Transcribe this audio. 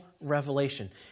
revelation